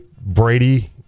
Brady